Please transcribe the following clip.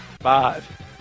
Five